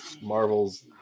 Marvel's